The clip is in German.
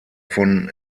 von